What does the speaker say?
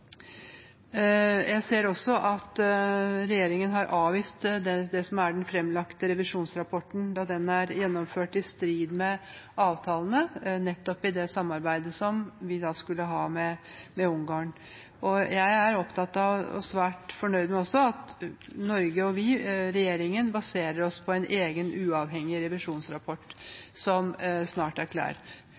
Jeg ser også at regjeringen har avvist den fremlagte revisjonsrapporten, da den er gjennomført i strid med avtalene, nettopp i det samarbeidet som vi skulle ha med Ungarn. Jeg er opptatt av og også svært fornøyd med at Norge og regjeringen baserer seg på en egen uavhengig revisjonsrapport som snart